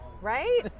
Right